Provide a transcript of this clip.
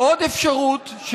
עוד אפשרות,